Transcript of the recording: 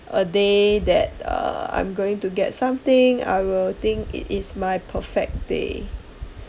a day that uh I'm going to get something I will think it is my perfect day